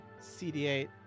cd8